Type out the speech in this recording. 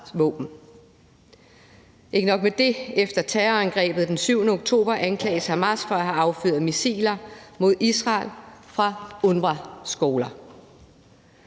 Ikke nok med det anklages Hamas efter terrorangrebet den 7. oktober for at have affyret missiler mod Israel fra UNRWA-skoler.